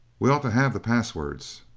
we ought to have the passwords.